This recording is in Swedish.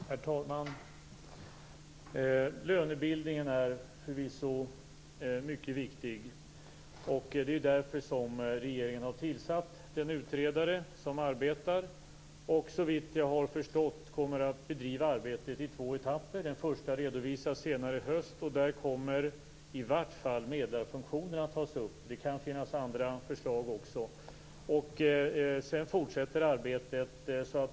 Herr talman! Lönebildningen är förvisso mycket viktig. Det är därför regeringen har tillsatt den utredare som arbetar och som såvitt jag har förstått kommer att bedriva arbetet i två etapper. Den första redovisas senare i höst. Där kommer i vart fall medlingsfunktionen att tas upp. Det kan finnas andra förslag också. Sedan fortsätter arbetet.